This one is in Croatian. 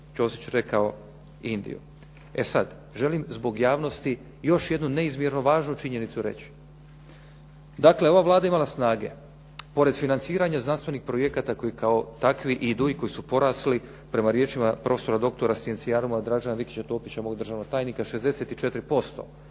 Ćosić rekao Indiju. E sada, želim zbog javnosti još jednu neizmjernu važnu činjenicu reći. dakle, ova Vlada je imala snage pored financiranja znanstvenih projekata koji kao takvi idu i koji su porasli riječima profesora, doktora … /Govornik se ne razumije./ … mog državnog tajnika 64%